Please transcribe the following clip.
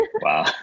Wow